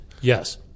Yes